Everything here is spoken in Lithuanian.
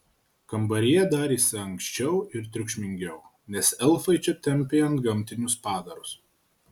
kambaryje darėsi ankščiau ir triukšmingiau nes elfai čia tempė antgamtinius padarus